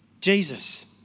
Jesus